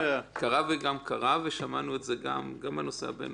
קרה גם קרה, ושמענו את זה גם בנושא הבין-לאומי.